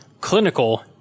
clinical